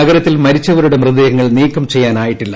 നഗരത്തിൽ മരിച്ചവരുടെ മൃതദ്ദേഹങ്ങൾ നീക്കം ചെയ്യാനായിട്ടില്ല